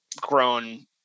grown